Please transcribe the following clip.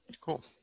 Cool